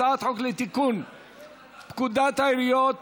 הצעת חוק לתיקון פקודת העיריות